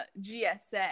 GSA